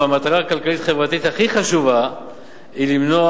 והמטרה הכלכלית-חברתית הכי חשובה היא למנוע